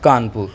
Kanpur